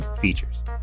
features